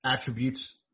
attributes